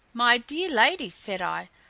my dear ladies, said i,